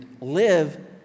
live